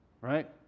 right